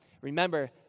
Remember